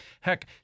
heck